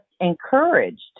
encouraged